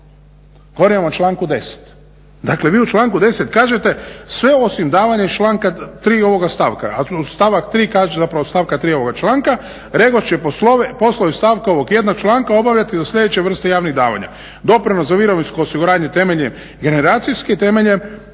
vam o članku 10. Dakle, vi u članku 10. kažete sve osim davanja iz članka 3. ovoga stavka, a stavak 3. kaže zapravo stavka 3. ovoga članka REGOS će poslove stavka ovog jednog članka obavljati za sljedeće vrste javnih davanja. Doprinos za mirovinsko osiguranje temeljem generacijske i temeljem